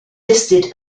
listed